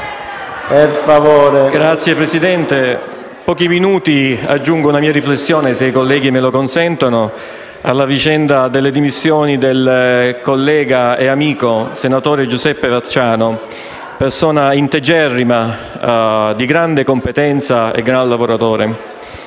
Signor Presidente, aggiungo una mia riflessione, se i colleghi me lo consentono, alla vicenda delle dimissioni del collega e amico senatore Giuseppe Vacciano, persona integerrima, di grande competenza e gran lavoratore.